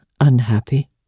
unhappy